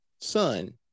son